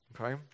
Okay